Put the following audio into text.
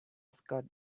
scott